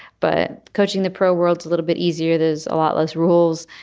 but coaching the pro world is a little bit easier. there's a lot less rules,